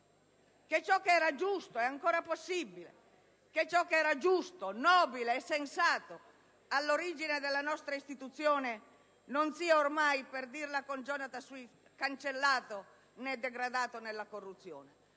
che ciò che era giusto sia ancora possibile; che ciò che era giusto, nobile e sensato all'origine della nostra istituzione non sia ormai, per dirla con Jonathan Swift, cancellato, né degradato nella corruzione.